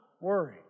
worry